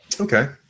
Okay